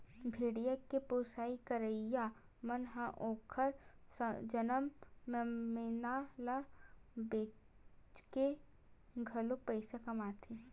भेड़िया के पोसई करइया मन ह ओखर जनमे मेमना ल बेचके घलो पइसा कमाथे